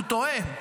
הוא טועה: